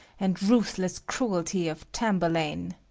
and ruthless cruelty of tamburlaine!